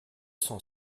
cent